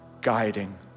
guiding